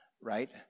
right